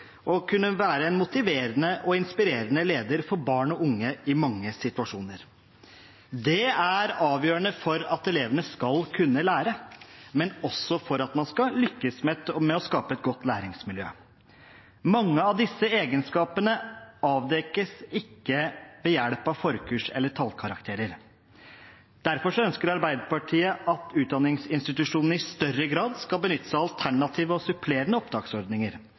kunne være en motiverende og inspirerende leder for barn og unge i mange situasjoner. Det er avgjørende for at elevene skal kunne lære, men også for at man skal lykkes med å skape et godt læringsmiljø. Mange av disse egenskapene avdekkes ikke ved hjelp av forkurs eller tallkarakterer. Derfor ønsker Arbeiderpartiet at utdanningsinstitusjonene i større grad skal benytte seg av alternative og supplerende